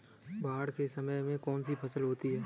बाढ़ के समय में कौन सी फसल होती है?